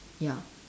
ya